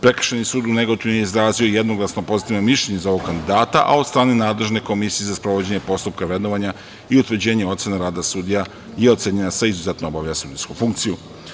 Prekršajni sud u Negotinu je izrazio jednoglasno pozitivno mišljenje za ovog kandidata, a od strane nadležne komisije za sprovođenje postupka vrednovanja i utvrđenje ocene rada sudija je ocenjena sa „izuzetno obavlja sudijsku funkciju“